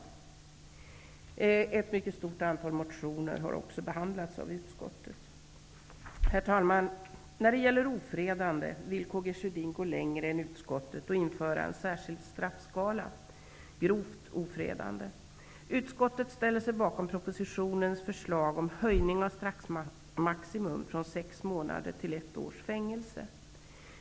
Även ett stort antal motioner har behandlats av utskottet. Herr talman! När det gäller ofredande vill Karl Gustaf Sjödin gå längre än utskottet och införa en särskild straffskala -- grovt ofredande. Utskottet ställer sig bakom propositionens förslag om höjning av straffmaximum från sex månaders till ett års fängelse.